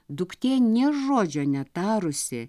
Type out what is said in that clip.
duktė nė žodžio netarusi